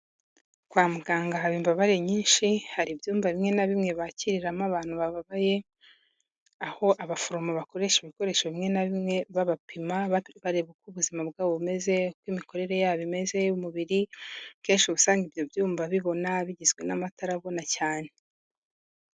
Kwa muganga haba imbabare nyinshi, hari ibyumba bimwe na bimwe bakiriramo abantu bababaye, aho abaforomo bakoresha ibikoresho bimwe na bimwe babapima, bareba uko ubuzima bwabo bumeze, uko imikorere yabo imeze y'umubiri, kenshi uba usanga ibyo byumba bibona, bigizwe n'amatara abona cyane.